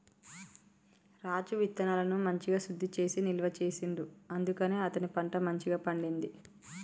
రాజు విత్తనాలను మంచిగ శుద్ధి చేసి నిల్వ చేసిండు అందుకనే అతని పంట మంచిగ పండింది